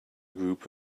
group